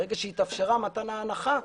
ברגע שהתאפשרה מתן ההנחה,